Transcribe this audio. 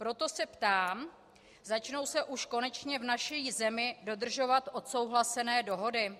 Proto se ptám: Začnou se už konečně v naší zemi dodržovat odsouhlasené dohody?